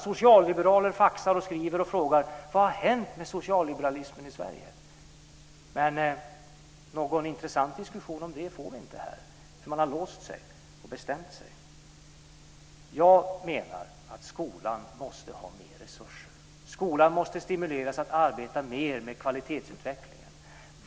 Socialliberaler faxar och skriver och frågar: Vad har hänt med socialliberalismen i Sverige? Men någon intressant diskussion om det får vi inte här, för man har låst sig och bestämt sig. Jag menar att skolan måste ha mer resurser. Skolan måste stimuleras att arbeta mer med kvalitetsutvecklingen.